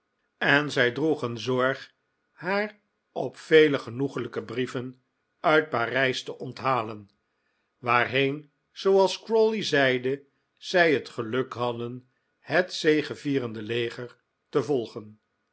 en zij droegen zorg haar op vele genoeglijke brieven uit parijs te onthalen waarheen zooals crawley zeide zij het geluk hadden het zegevierende leger te volgen